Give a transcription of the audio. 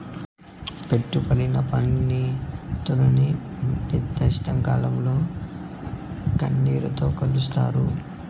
పెట్టుబడి పనితీరుని నిర్దిష్ట కాలంలో కరెన్సీతో కొలుస్తారు